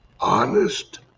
Honest